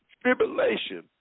tribulation